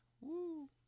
Woo